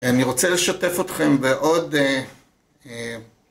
אני רוצה לשתף אתכם בעוד...